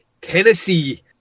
Tennessee